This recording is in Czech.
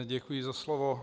Děkuji za slovo.